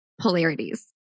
polarities